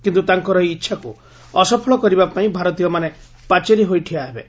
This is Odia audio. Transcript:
କିନ୍ତୁ ତାଙ୍କର ଏହି ଇଛାକୁ ଅସଫଳ କରିବା ପାଇଁ ଭାରତୀୟମାନେ ପାଚେରୀ ହୋଇ ଠିଆ ହେବେ